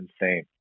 insane